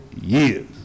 years